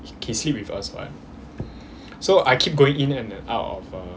he sleep with us [what] so I keep going in and out